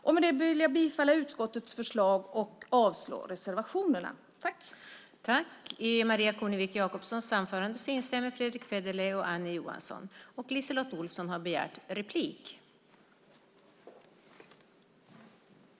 Jag yrkar bifall till förslaget i utskottets betänkande och avslag på reservationerna.